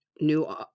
new